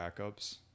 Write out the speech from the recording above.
backups